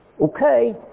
okay